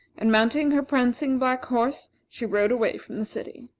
and mounting her prancing black horse, she rode away from the city.